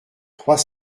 trois